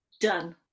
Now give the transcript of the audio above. Done